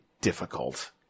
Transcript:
difficult